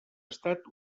estat